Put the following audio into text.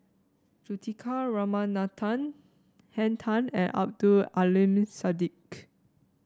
Juthika Ramanathan Henn Tan and Abdul Aleem Siddique